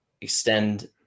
extend